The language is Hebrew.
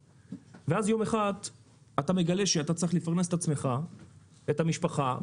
ואז יום אחד אתה מגלה שאתה צריך לפרנס את עצמך ואת המשפחה.